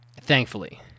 Thankfully